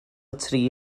tri